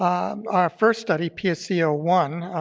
um our first study, p s c o one,